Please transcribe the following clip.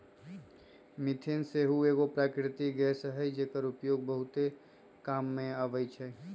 methane सेहो एगो प्राकृतिक गैस हई जेकर उपयोग बहुते काम मे अबइ छइ